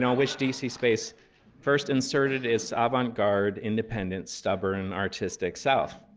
um which d c. space first inserted its avant garde, independent, stubborn, artistic self.